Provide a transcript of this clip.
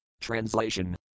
Translation